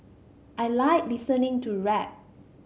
I like listening to rap